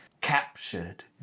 captured